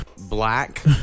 Black